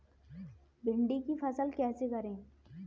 भिंडी की फसल कैसे करें?